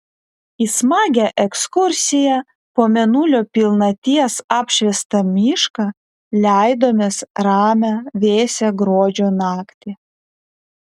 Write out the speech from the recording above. į smagią ekskursiją po mėnulio pilnaties apšviestą mišką leidomės ramią vėsią gruodžio naktį